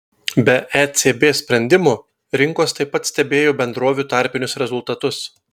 be ecb sprendimų rinkos taip pat stebėjo bendrovių tarpinius rezultatus